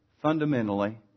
fundamentally